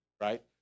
Right